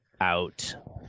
out